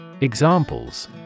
Examples